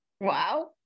wow